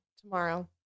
Tomorrow